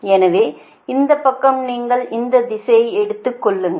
எனவே இந்தப் பக்கம் நீங்கள் இந்த திசையை எடுத்துக் கொள்ளுங்கள்